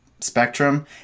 spectrum